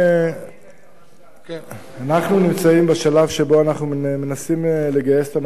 ראיתי את העובדים ואת המנכ"ל שם,